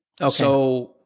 Okay